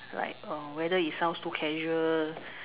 like uh whether it sounds too casual